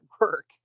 work